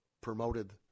promoted